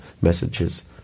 messages